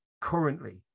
currently